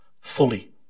fully